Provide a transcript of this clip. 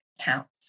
counts